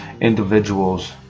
individuals